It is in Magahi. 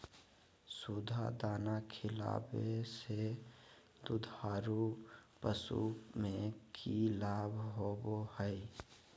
सुधा दाना खिलावे से दुधारू पशु में कि लाभ होबो हय?